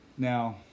Now